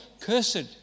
cursed